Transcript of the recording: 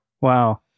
Wow